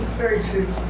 searches